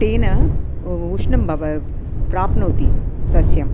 तेन उष्णं भवति प्राप्नोति सस्यम्